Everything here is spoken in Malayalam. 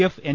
F N